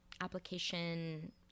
application